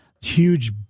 huge